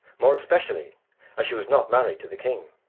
more especially as she was not married to the king.